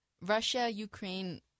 Russia-Ukraine